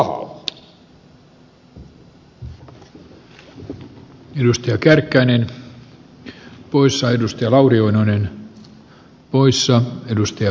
jos ei se tapahdu hyvällä niin se tapahtuu pahalla